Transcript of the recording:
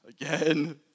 Again